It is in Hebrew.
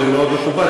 זה מאוד מכובד,